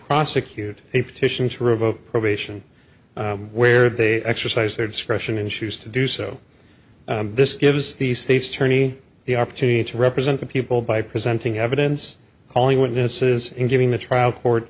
revoke probation where they exercise their discretion and choose to do so this gives the state's attorney the opportunity to represent the people by presenting evidence calling witnesses and giving the trial court